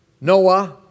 Noah